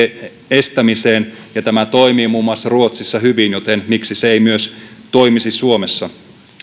estämiseen ja tämä toimii muun muassa ruotsissa hyvin joten miksi se ei toimisi myös suomessa